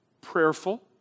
prayerful